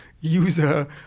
user